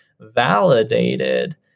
validated